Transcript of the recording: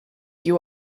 you